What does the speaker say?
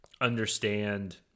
understand